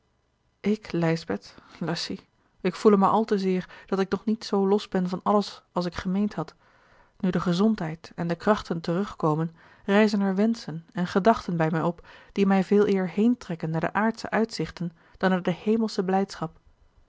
ik lijsbeth lacy ik voele maar al te zeer dat ik nog niet zoo los ben van alles als ik gemeend had nu de gezondheid en de krachten terugkomen rijzen er wenschen en gedachten bij mij op die mij veeleer heentrekken naar de aardsche uitzichten dan naar de hemelsche blijdschap